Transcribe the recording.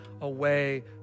away